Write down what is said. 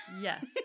yes